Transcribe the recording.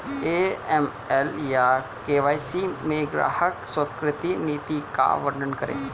AML या KYC में ग्राहक स्वीकृति नीति का वर्णन करें?